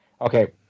Okay